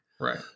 right